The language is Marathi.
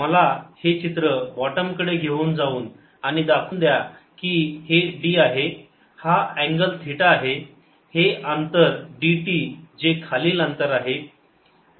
मला हे चित्र बॉटम कडे घेऊन जाऊन आणि दाखवू द्या की हे d आहे हा अँगल थिटा आहे हे अंतर dt जे खालील अंतर आहे